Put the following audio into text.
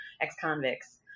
ex-convicts